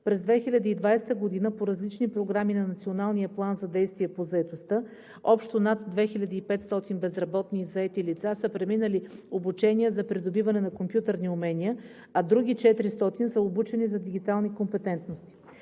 През 2020 г. по различни програми на Националния план за действия по заетостта – общо над 2500 безработни и заети лица, са преминали обучение за придобиване на компютърни умения, а други 400 са обучени за дигитални компетентности.